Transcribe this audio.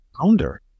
founder